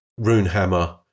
Runehammer